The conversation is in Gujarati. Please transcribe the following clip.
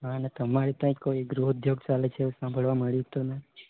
હા અને તમારે તહીં કોઈ ગૃહ ઉદ્યોગ ચાલે છે એવું સાંભળવા મળ્યુતુ ને